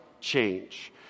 change